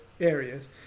areas